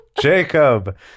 Jacob